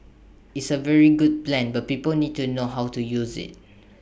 is A very good plan but people need to know how to use IT